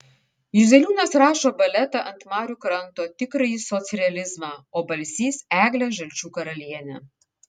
juzeliūnas rašo baletą ant marių kranto tikrąjį socrealizmą o balsys eglę žalčių karalienę